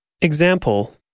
Example